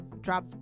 drop